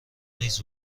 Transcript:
نیز